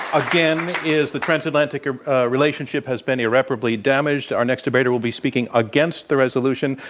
again, is the transatlantic ah ah relationship has been irreparably damaged. our next debater will be speaking against the resolution.